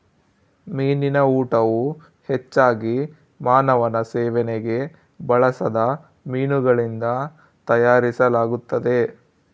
ಮೀನಿನ ಊಟವು ಹೆಚ್ಚಾಗಿ ಮಾನವನ ಸೇವನೆಗೆ ಬಳಸದ ಮೀನುಗಳಿಂದ ತಯಾರಿಸಲಾಗುತ್ತದೆ